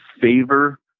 favor